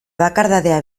bakardadea